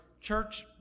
church